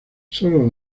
sólo